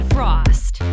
Frost